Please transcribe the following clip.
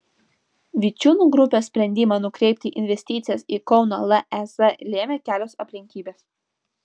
vičiūnų grupės sprendimą nukreipti investicijas į kauno lez lėmė kelios aplinkybės